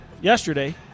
yesterday